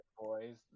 boys